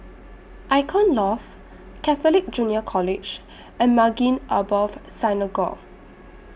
Icon Loft Catholic Junior College and Maghain Aboth Synagogue